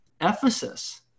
Ephesus